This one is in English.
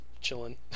chilling